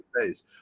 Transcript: face